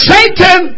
Satan